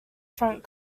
front